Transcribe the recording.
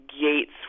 Gates